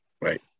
right